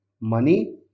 money